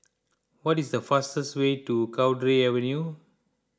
what is the fastest way to Cowdray Avenue